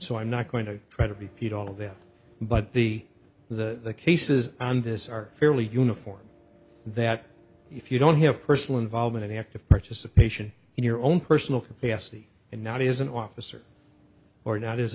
so i'm not going to try to repeat all of them but the the case is on this are fairly uniform that if you don't have personal involvement in active participation in your own personal capacity and not is an officer or not is